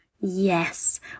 Yes